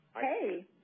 Hey